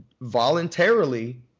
voluntarily